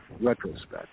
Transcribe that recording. retrospect